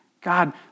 God